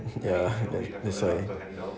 ya obviously